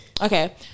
Okay